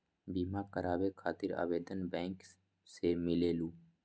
बिमा कराबे खातीर आवेदन बैंक से मिलेलु?